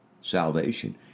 salvation